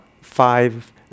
five